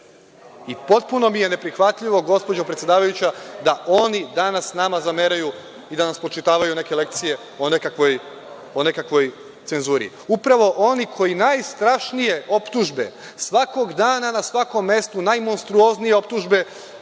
Potpuno mi je neprihvatljivo, gospođo predsedavajuća, da oni danas nama zameraju i da nam spočitavaju neke lekcije o nekakvoj cenzuri. Upravo oni koji najstrašnije optužbe svakog dana, na svakom mestu, najmonstruoznije optužbe